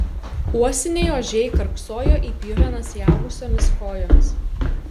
uosiniai ožiai karksojo į pjuvenas įaugusiomis kojomis